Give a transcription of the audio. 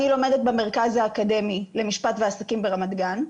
אני לומדת במרכז האקדמי למשפט ועסקים ברמת גן.